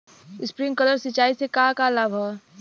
Sprinkler सिंचाई से का का लाभ ह?